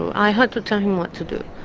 i had to tell him what to do.